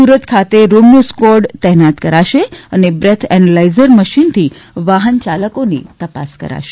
સુરત ખાતે Romeo squad તૈનાત કરાશે અને બ્રેથ એનમાઇઝર મશીનથી વાહન ચાલકોની તપાસ કરાશે